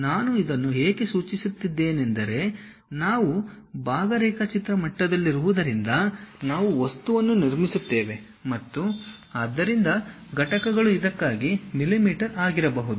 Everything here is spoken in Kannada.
ನಾನು ಇದನ್ನು ಏಕೆ ಸೂಚಿಸುತ್ತಿದ್ದೇನೆಂದರೆ ನಾವು ಭಾಗ ರೇಖಾಚಿತ್ರ ಮಟ್ಟದಲ್ಲಿರುವುದರಿಂದ ನಾವು ವಸ್ತುವನ್ನು ನಿರ್ಮಿಸುತ್ತೇವೆ ಮತ್ತು ಆದ್ದರಿಂದ ಘಟಕಗಳು ಇದಕ್ಕಾಗಿ mm ಆಗಿರಬಹುದು